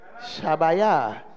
Shabaya